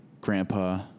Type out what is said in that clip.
grandpa